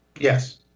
yes